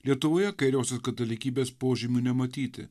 lietuvoje kairiosios katalikybės požymių nematyti